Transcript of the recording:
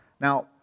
Now